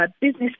Business